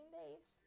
days